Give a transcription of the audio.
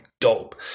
dope